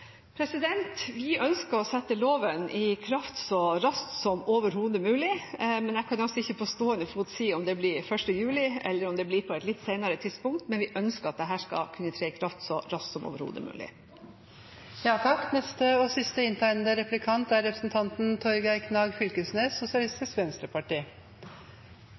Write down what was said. verk? Vi ønsker at loven skal tre i kraft så raskt som overhodet mulig. Jeg kan ikke på stående fot si om det blir 1. juli, eller om det blir på et litt senere tidspunkt, men vi ønsker at dette skal kunne tre i kraft så raskt som overhodet mulig. Mykje av intensjonen og målet med desse endringane er